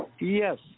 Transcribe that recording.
Yes